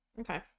Okay